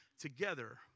together